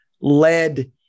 led